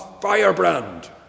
firebrand